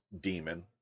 demon